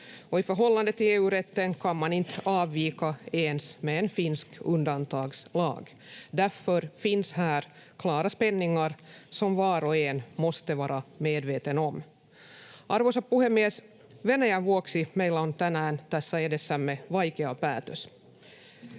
och i förhållande till EU-rätten kan man inte avvika ens med en finsk undantagslag. Därför finns här klara spänningar som var och en måste vara medveten om. Arvoisa puhemies! Venäjän vuoksi meillä on tänään tässä edessämme vaikea päätös.